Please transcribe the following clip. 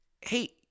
Hey